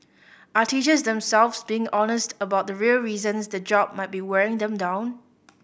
are teachers themselves being honest about the real reasons the job might be wearing them down